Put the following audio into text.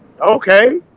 okay